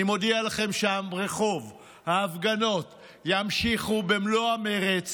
אני מודיע לכם שברחוב ההפגנות ימשיכו במלוא המרץ.